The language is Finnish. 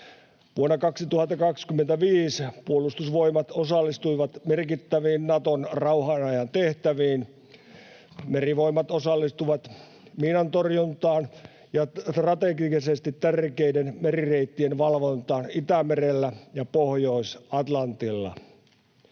Vuonna 2025 Puolustusvoimat osallistuvat merkittäviin Naton rauhanajan tehtäviin. Merivoimat osallistuvat miinantorjuntaan ja strategisesti tärkeiden merireittien valvontaan Itämerellä ja Pohjois-Atlantilla.